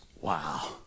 Wow